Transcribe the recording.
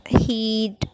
heat